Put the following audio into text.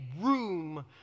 room